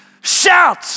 shout